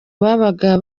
babaga